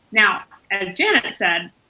now, as janet said,